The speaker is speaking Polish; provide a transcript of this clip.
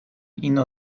ino